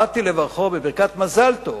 באתי לברכו בברכת מזל טוב,